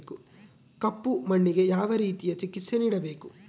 ಕಪ್ಪು ಮಣ್ಣಿಗೆ ಯಾವ ರೇತಿಯ ಚಿಕಿತ್ಸೆ ನೇಡಬೇಕು?